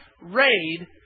raid